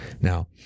Now